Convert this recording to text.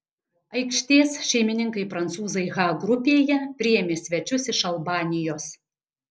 aikštės šeimininkai prancūzai h grupėje priėmė svečius iš albanijos